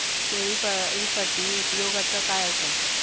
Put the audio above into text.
शेळीपाळूसाठी उपयोगाचा काय असा?